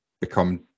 become